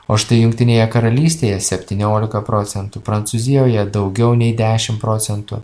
o štai jungtinėje karalystėje septyniolika procentų prancūzijoje daugiau nei dešim procentų